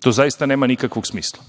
To zaista nema nikakvog smisla.